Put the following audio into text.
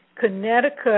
Connecticut